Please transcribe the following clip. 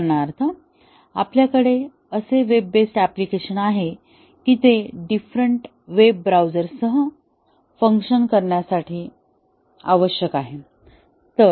उदाहरणार्थ आपल्या कडे असे वेब बेस्ड अप्लिकेशन आहे कि ते डिफरेन्ट वेब ब्राउझरसह फंक्शन करण्यासाठी आवश्यक आहे